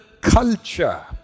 culture